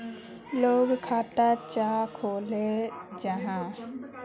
लोग खाता चाँ खोलो जाहा?